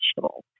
vegetables